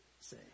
say